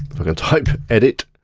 but gonna type edit.